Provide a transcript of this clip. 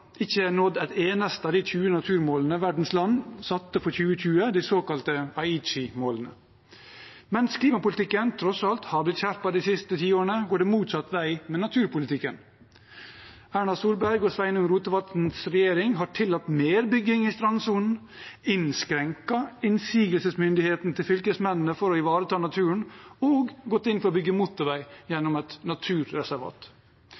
ikke nådd et eneste av de 20 naturmålene verdens land satte for 2020, de såkalte Aichi-målene. Mens klimapolitikken tross alt har blitt skjerpet de siste tiårene, går det motsatt vei med naturpolitikken. Erna Solberg og Sveinung Rotevatns regjering har tillatt mer bygging i strandsonen, innskrenket innsigelsesmyndigheten til fylkesmennene for å ivareta naturen og gått inn for å bygge motorvei